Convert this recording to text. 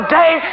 day